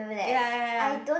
ya ya ya